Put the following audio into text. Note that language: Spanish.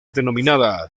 denominada